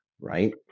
Right